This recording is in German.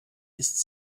ist